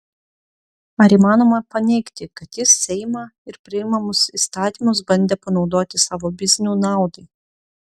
ar įmanoma paneigti kad jis seimą ir priimamus įstatymus bandė panaudoti savo biznių naudai